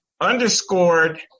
underscored